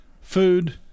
food